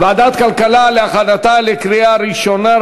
ועדת הכלכלה, להכנתה לקריאה ראשונה.